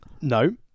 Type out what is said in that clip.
No